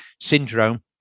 syndrome